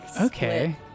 okay